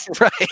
Right